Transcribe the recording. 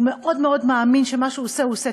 הוא מאמין מאוד מאוד שמה שהוא עושה הוא עושה